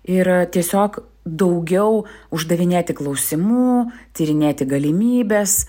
ir tiesiog daugiau uždavinėti klausimų tyrinėti galimybes